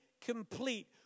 complete